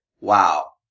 Wow